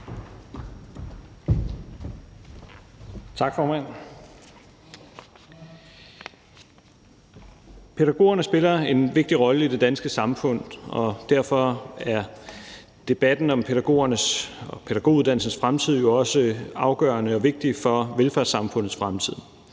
Tak, formand. Pædagogerne spiller en vigtig rolle i det danske samfund, og derfor er debatten om pædagogerne og pædagoguddannelsens fremtid jo også afgørende og vigtig for velfærdssamfundets fremtid.